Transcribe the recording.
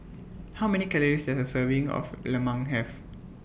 How Many Calories Does A Serving of Lemang Have